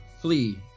flee